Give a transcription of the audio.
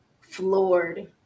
floored